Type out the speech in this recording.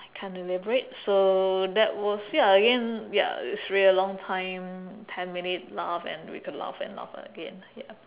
I can't elaborate so that was ya again ya it's really a long time ten minute laugh and we could laugh and laugh again ya